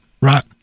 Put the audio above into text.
right